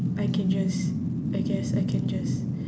I can just I guess I can just